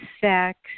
sex